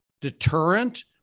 deterrent